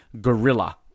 gorilla